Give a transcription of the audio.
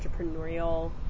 entrepreneurial